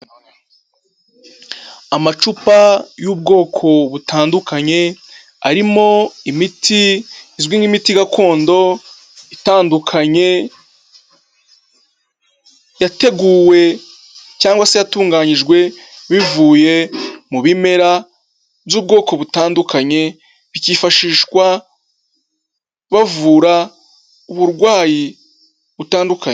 Amacupa y'ubwoko butandukanye arimo imiti izwi nk'imiti gakondo itandukanye yateguwe cyangwa se yatunganyijwe bivuye mu bimera by'ubwoko butandukanye, bikifashishwa bavura uburwayi butandukanye.